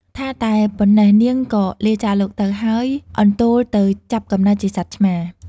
ថាតែប៉ុណ្ណេះ នាងក៏លាចាកលោកទៅ ហើយអន្ទោលទៅចាប់កំណើតជាសត្វឆ្មា។